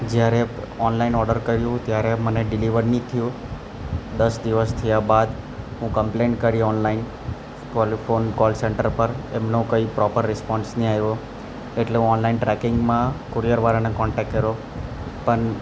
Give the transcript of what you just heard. જ્યારે online order કર્યું ત્યારે મને ડિલિવર નહીં થયું દસ દિવસ થયા બાદ હું કમ્પલેન કરી online call phone phone call centre પર એમનો કંઈ પ્રોપર રિસ્પોન્સ નહીં આવ્યો એટલે ઓનલાઇન ટ્રેકિંગમાં કુરિયરવાળાને કોન્ટેક કર્યો પણ